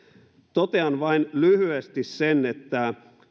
totean vain lyhyesti sen että